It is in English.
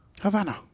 Havana